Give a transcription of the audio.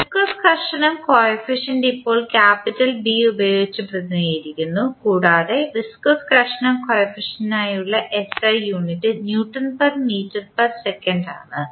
viscous ഘർഷണം coefficient ഇപ്പോൾ capital B ഉപയോഗിച്ച് പ്രതിനിധീകരിക്കുന്നു കൂടാതെ വിസ്കോസ് ഘർഷണം കോയഫിഷ്യന്റിനായുള്ള SI unit newton per metre per second ആണ്